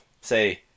Say